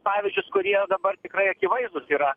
pavyzdžius kurie dabar tikrai akivaizdūs yra